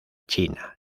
china